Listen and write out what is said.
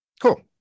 Cool